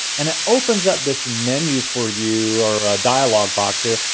and it opens up this menu for you or dialogue box here.